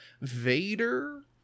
vader